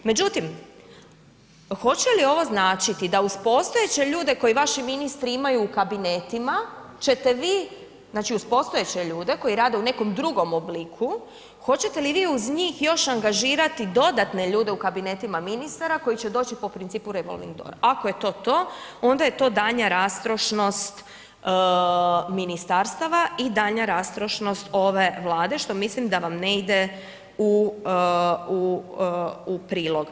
Međutim, hoće li ovo značiti da uz postojeće ljude koje vaši ministri imaju u kabinetima ćete vi, znači uz postojeće ljude koji rade u nekom drugom obliku, hoćete li vi uz njih angažirati još dodatne ljude u kabinetima ministara koji će doći po principu revolving door, ako je to to onda je to daljnja rastrošnost ministarstava i daljnja rastrošnost ove vlade što mislim da vam ne ide u prilog.